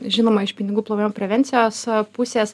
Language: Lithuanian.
žinoma iš pinigų plovimo prevencijos pusės